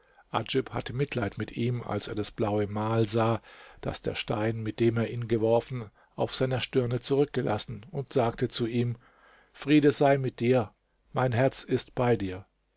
hatte mitleid mit ihm als er das blaue mal sah das der stein mit dem er ihn geworfen auf seiner stirne zurückgelassen und sagte zu ihm friede sei mit dir mein herz ist bei dir